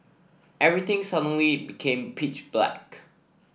everything suddenly became pitch black